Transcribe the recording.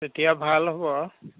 তেতিয়া ভাল হ'ব